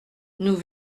nous